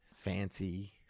fancy